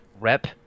rep